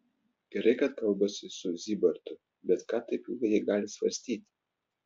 gerai kad kalbasi su zybartu bet ką taip ilgai jie gali svarstyti